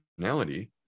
functionality